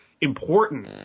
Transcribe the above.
important